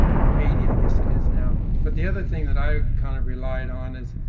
or eighty i guess it is now. but the other thing that i kind of relied on is,